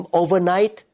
overnight